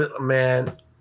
man